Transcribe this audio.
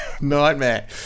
Nightmare